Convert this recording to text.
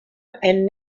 and